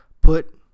put